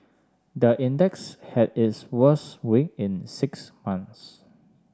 the index had its worst week in six months